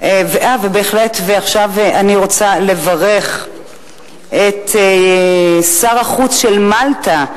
עכשיו אני רוצה לברך את שר החוץ של מלטה,